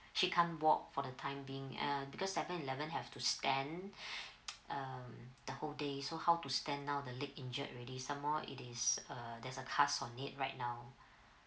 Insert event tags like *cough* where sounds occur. she can't walk for the time being uh because seven eleven have to stand *breath* um the whole day so how to stand now the leg injured already some more it is err there's a cast on it right now